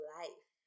life